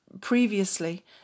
previously